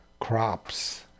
crops